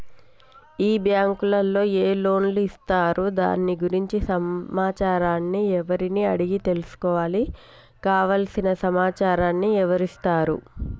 ఈ బ్యాంకులో ఏ లోన్స్ ఇస్తారు దాని గురించి సమాచారాన్ని ఎవరిని అడిగి తెలుసుకోవాలి? కావలసిన సమాచారాన్ని ఎవరిస్తారు?